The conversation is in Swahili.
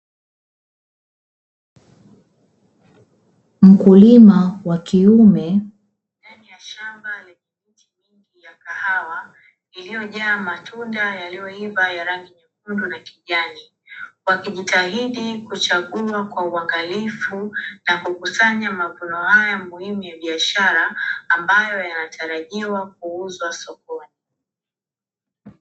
Mkulima wa kiume ndani ya shamba lenye miti ya kahawa iliyojaa matunda yaliyoiva ya rangi nyekundu na kijani, wakijitahidi kuchagua kwa uangalifu na kukusanya mavuno haya muhimu ya biashara ambayo yanatarajiwa kuuzwa sokoni.